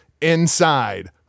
inside